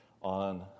on